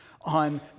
on